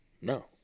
No